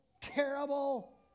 terrible